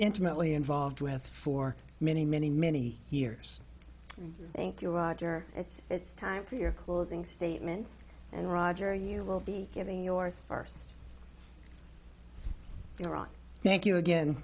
intimately involved with for many many many years thank you roger it's it's time for your closing statements and roger you will be getting yours ours ron thank you again